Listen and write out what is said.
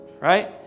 right